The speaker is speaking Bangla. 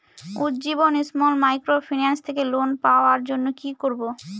উজ্জীবন স্মল মাইক্রোফিন্যান্স থেকে লোন পাওয়ার জন্য কি করব?